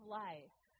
life